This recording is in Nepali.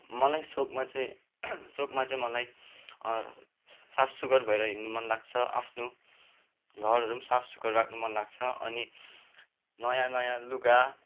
मलाई सोखमा चाहिँ सोखमा चाहिँ मलाई साफ सुग्घर भएर हिँड्नु मन लाग्छ आफ्नो घरहरू पनि साफ सुग्घर राख्नु मन लाग्छ अनि नयाँ नयाँ लुगा